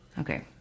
Okay